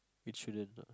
it shouldn't